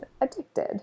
addicted